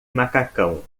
macacão